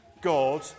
God